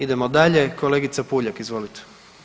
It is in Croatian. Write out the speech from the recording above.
Idemo dalje, kolegica Puljak, izvolite.